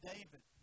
David